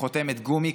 כחותמת גומי,